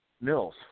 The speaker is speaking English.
mills